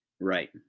Right